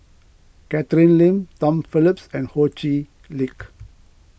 Catherine Lim Tom Phillips and Ho Chee Lick